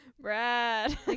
Brad